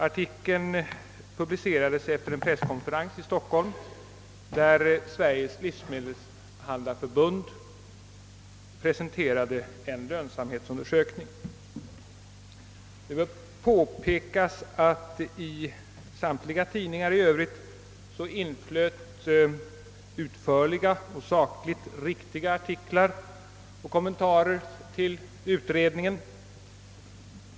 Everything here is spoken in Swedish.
Artikeln publicerades efter en presskonferens i Stockholm, där Sveriges livsmedelshandlareförbund presenterade en lönsamhetsundersökning. Det bör påpekas, att i samtliga tidningar i Övrigt inflöt utförliga och sakligt riktiga artiklar och kommentarer till utredningen.